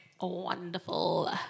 wonderful